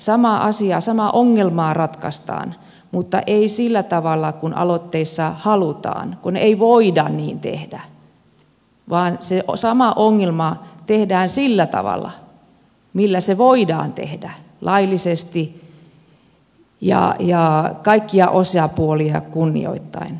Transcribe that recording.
samaa asiaa samaa ongelmaa ratkaistaan mutta ei sillä tavalla kuin aloitteessa halutaan kun ei voida niin tehdä vaan se sama ongelma tehdään sillä tavalla millä se voidaan tehdä laillisesti ja kaikkia osapuolia kunnioittaen